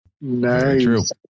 Nice